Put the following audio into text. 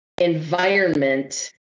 environment